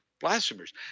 blasphemers